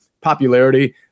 popularity